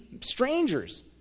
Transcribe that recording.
strangers